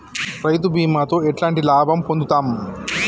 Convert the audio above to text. రైతు బీమాతో ఎట్లాంటి లాభం పొందుతం?